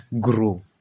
grow